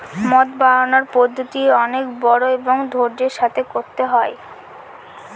মদ বানানোর পদ্ধতি অনেক বড়ো এবং ধৈর্য্যের সাথে করতে হয়